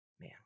man